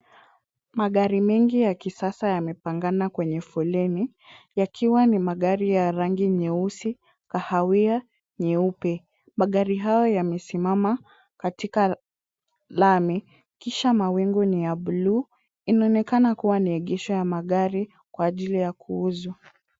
Magari mengi ya kisasa yamepangana kwenye foleni, yakiwa ni magari ya rangi nyeusi, kahawia, nyeupe. Magari hayo yamesimama katika lami, kisha mawingu ni ya bluu. Inaonekana kuwa ni egesho ya magari kwa ajili ya kuuzwa.